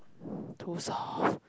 too soft